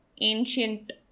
ancient